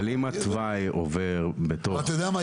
אבל אם התוואי עובר בתוך 7 ק"מ --- אתה יודע מה?